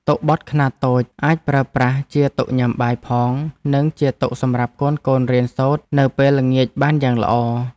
តុបត់ខ្នាតតូចអាចប្រើប្រាស់ជាតុញ៉ាំបាយផងនិងជាតុសម្រាប់កូនៗរៀនសូត្រនៅពេលល្ងាចបានយ៉ាងល្អ។